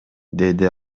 деди